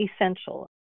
essential